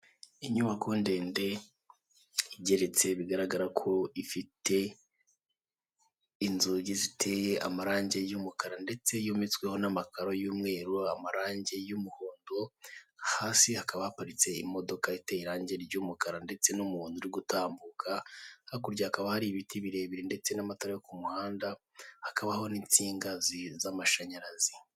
Inyubako ndende igeretse bigaragara ko ifite inzugi ziteye amarangi y'umukara ndetse yometsweho n'amakaro y'umweru, amarangi y'umuhondo hasi hakaba haparitse imodoka iteye irangi ry'umukara ndetse n'umuntu uri gutambuka hakurya hakaba hari ibiti birebire ndetse n'amatara yo ku muhanda hakabaho n'insinga z'amashanyarazi .